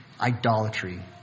idolatry